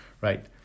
right